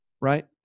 Right